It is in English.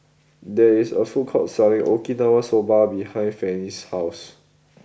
there is a food court selling Okinawa Soba behind Fannie's house